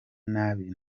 nabi